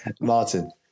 martin